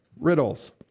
riddles